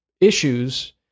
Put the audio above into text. issues